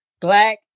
black